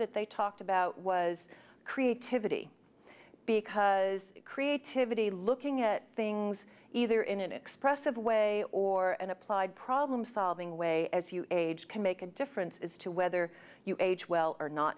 that they talked about was creativity because creativity looking at things either in an expressive way or an applied problem solving way as you age can make a difference as to whether you age well or not